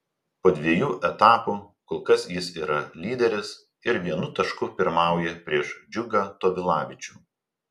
po dviejų etapų kol kas jis yra lyderis ir vienu tašku pirmauja prieš džiugą tovilavičių